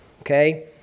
okay